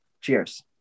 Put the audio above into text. cheers